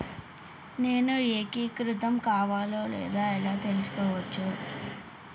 నేను ఏకీకృతం కావాలో లేదో ఎలా తెలుసుకోవచ్చు?